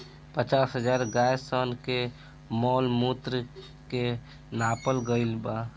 पचास हजार गाय सन के मॉल मूत्र के नापल गईल बा